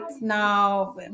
now